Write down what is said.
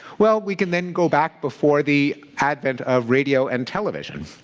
well, we can then go back before the advent of radio and television.